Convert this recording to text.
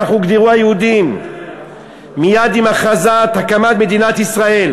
כך הוגדרו היהודים מייד עם הכרזת הקמת מדינת ישראל,